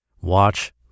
watch